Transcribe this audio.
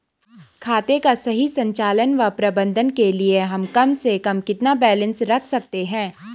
खाते का सही संचालन व प्रबंधन के लिए हम कम से कम कितना बैलेंस रख सकते हैं?